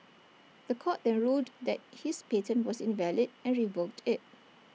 The Court then ruled that his patent was invalid and revoked IT